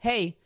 Hey